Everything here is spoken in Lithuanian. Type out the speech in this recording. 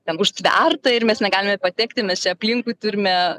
ten užtverta ir mes negalime patekti mes čia aplinkui turime